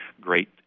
great